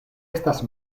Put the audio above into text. estas